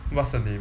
what's her name